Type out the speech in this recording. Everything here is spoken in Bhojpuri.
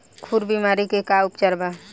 खुर बीमारी के का उपचार बा?